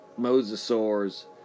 Mosasaurs